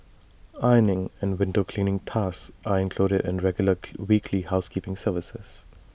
ironing and window cleaning tasks are included in regular weekly housekeeping service